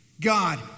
God